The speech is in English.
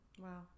Wow